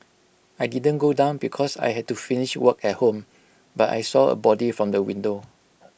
I didn't go down because I had to finish work at home but I saw A body from the window